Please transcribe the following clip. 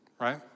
right